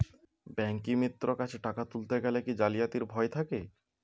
ব্যাঙ্কিমিত্র কাছে টাকা তুলতে গেলে কি জালিয়াতির ভয় থাকে?